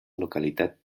localitat